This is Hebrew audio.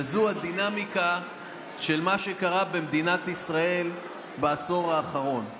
וזה הדינמיקה של מה שקרה במדינת ישראל בעשור האחרון.